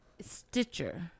Stitcher